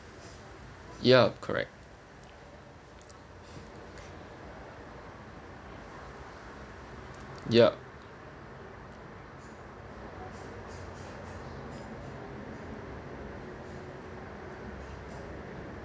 yup correct yup